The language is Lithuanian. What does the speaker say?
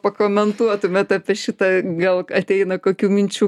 pakomentuotumėt apie šitą gal ateina kokių minčių